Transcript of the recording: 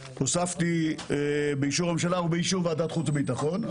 הוספתי את המילים: באישור הממשלה ובאישור ועדת החוץ והביטחון.